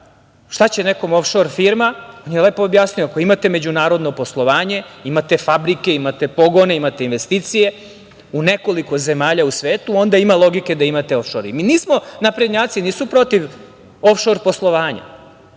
šta će nekom ofšor firma? On je lepo objasnio. Ako imate međunarodno poslovanje, imate fabrike, imate pogone, imate investicije u nekoliko zemalja u svetu, onda ima logike da imate ofšor. Mi nismo naprednjaci, nisu protiv ofšor poslovanja,